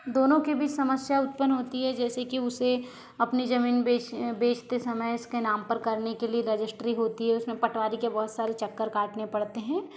दोनों के बीच समस्या उत्पन्न होती है जैसे कि उसे अपनी जमीन बेचते समय इसके नाम पर करने के लिए रजिस्ट्री होती है उसमें पटवारी के बहुत सारे चक्कर काटने पड़ते हैं